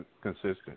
consistent